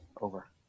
over